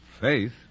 Faith